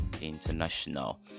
International